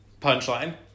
punchline